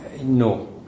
no